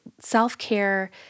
Self-care